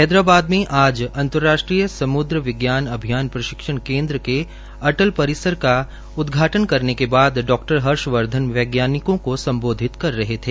हैदराबादमें आज अंतर्राष्ट्रीय समुद्र विज्ञान अभियान प्रशिक्षण केन्द्र के अटल परिसर का उदघाटन करने के बद डॉ हर्षवर्धन वैज्ञानिकों को सम्बोधित कर रहे थे